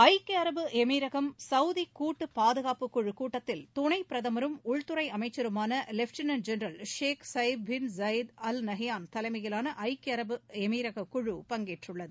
ஐக்கிய அரபு எமிரகம் சவுதி கூட்டுப்பாதுகாப்பு குழுக் கூட்டத்தில் துணைப் பிரதமரும் உள்துறை அமைச்சருமான lieutenant general Sheikh Saif bin Zayed al Nahyan தலைமையிவான ஐக்கிய அரபு எமிரக குழு பங்கேற்றுள்ளது